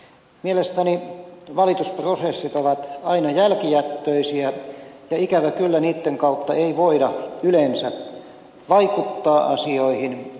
mielestäni valitusprosessit ovat aina jälkijättöisiä ja ikävä kyllä niitten kautta ei voida yleensä vaikuttaa asioihin